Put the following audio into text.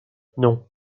non